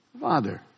Father